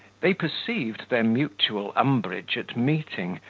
they, perceived their mutual umbrage at meeting,